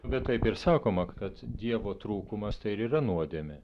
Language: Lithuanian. bet taip ir sakoma kad dievo trūkumas tai ir yra nuodėmė